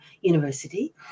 university